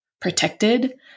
protected